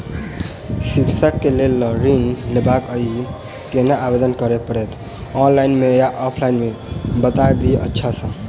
शिक्षा केँ लेल लऽ ऋण लेबाक अई केना आवेदन करै पड़तै ऑनलाइन मे या ऑफलाइन मे बता दिय अच्छा सऽ?